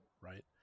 right